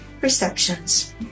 perceptions